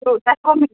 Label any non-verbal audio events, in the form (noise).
(unintelligible)